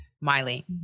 Miley